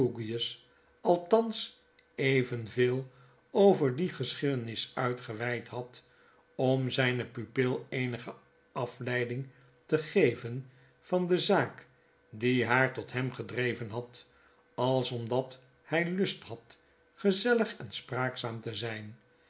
althans even veel over die geschiedenis uitgeweid had om zijne pupil eenige afleiding te geven van de zaak die haar tot hem gedreven had als omdat hij lust had gezellig en spraakzaam te zijn